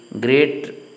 great